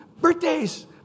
birthdays